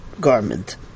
garment